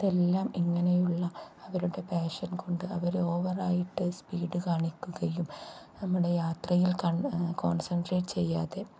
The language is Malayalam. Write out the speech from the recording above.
അതെല്ലാം ഇങ്ങനെയുള്ള അവരുടെ പാഷൻ കൊണ്ട് അവർ ഓവറായിട്ട് സ്പീഡ് കാണിക്കുകയും നമ്മുടെ യാത്രയിൽ കോൺസെൻട്രേറ്റ് ചെയ്യാതെ